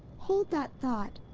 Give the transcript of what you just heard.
hold that thought.